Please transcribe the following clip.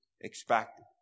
expected